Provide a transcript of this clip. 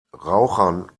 rauchern